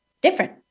different